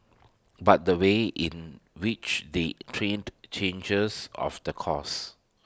but the way in which they trained changes of the course